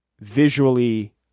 visually